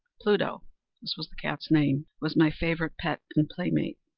pluto this was the cat's name was my favorite pet and playmate.